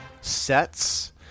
sets